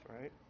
right